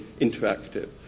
interactive